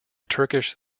turkish